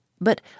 but